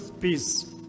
peace